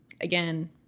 Again